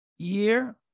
year